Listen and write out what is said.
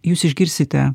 jūs išgirsite